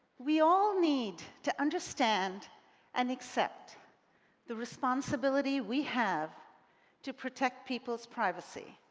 we all need to understand and accept the responsibility we have to protect people's privacy,